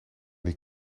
die